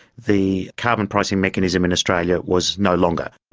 the carbon pricing mechanism in australia was no longer.